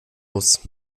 muss